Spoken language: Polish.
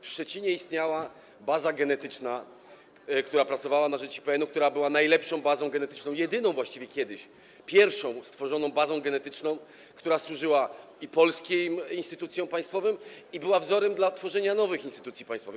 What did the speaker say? W Szczecinie istniała baza genetyczna, która pracowała na rzecz IPN-u, która była najlepszą bazą genetyczną, jedyną właściwie kiedyś, pierwszą stworzoną bazą genetyczna, która i służyła polskim instytucjom państwowym, i była wzorem dla tworzenia nowych instytucji państwowych.